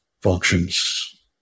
functions